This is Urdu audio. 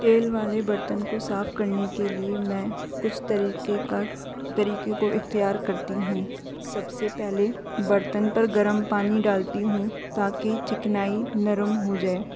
تیل والے برتن کو صاف کرنے کے لیے میں کچھ طریقے کا طریقے کو اختیار کرتی ہوں سب سے پہلے برتن پر گرم پانی ڈالتی ہوں تاکہ چکنائی نرم ہو جائے